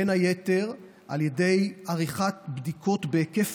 בין היתר על ידי עריכת בדיקות בהיקף